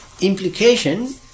implication